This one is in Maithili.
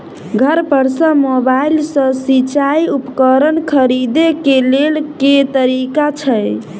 घर पर सऽ मोबाइल सऽ सिचाई उपकरण खरीदे केँ लेल केँ तरीका छैय?